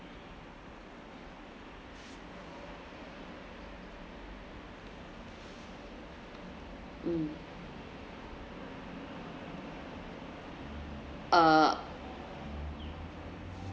mm uh